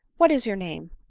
what is your name?